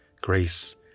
Grace